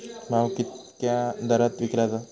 भात कित्क्या दरात विकला जा?